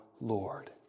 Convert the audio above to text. Lord